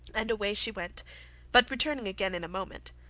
and away she went but returning again in a moment,